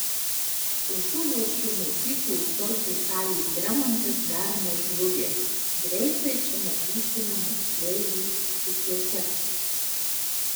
užuguosčio mokyklos sporto salės remontas dar nežlugęs greitai čia matysime moksleivių rikiuotes